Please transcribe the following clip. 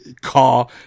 car